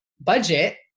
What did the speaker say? budget